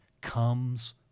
comes